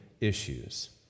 issues